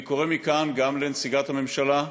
אני קורא מכאן גם לנציגת הממשלה,